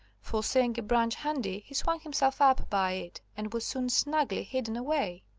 for seeing a branch handy he swung himself up by it, and was soon snugly hidden away.